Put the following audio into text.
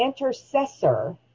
intercessor